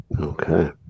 Okay